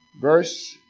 Verse